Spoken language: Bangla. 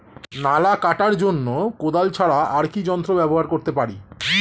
নালা কাটার জন্য কোদাল ছাড়া আর কি যন্ত্র ব্যবহার করতে পারি?